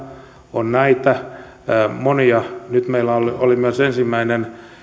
on näitä monia nyt meillä oli myös ensimmäinen